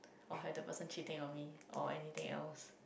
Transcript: or have the person cheating on me or anything else